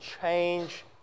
change